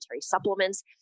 supplements